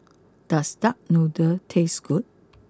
does Duck Noodle taste good